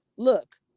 Look